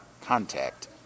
contact